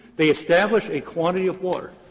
they establish a quantity of water.